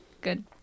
Good